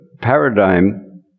paradigm